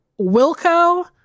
wilco